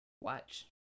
Watch